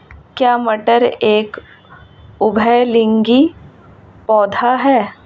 क्या मटर एक उभयलिंगी पौधा है?